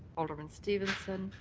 alderman stevenson.